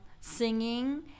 singing